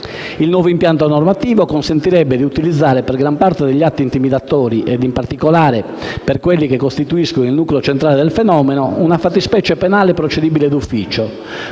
Il nuovo impianto normativo consentirebbe di utilizzare per gran parte degli atti intimidatori, ed in particolare per quelli che costituiscono il nucleo centrale del fenomeno, una fattispecie penale procedibile d'ufficio,